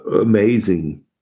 amazing